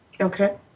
Okay